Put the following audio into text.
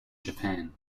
japan